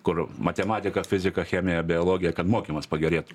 kur matematika fizika chemija biologija kad mokymas pagerėtų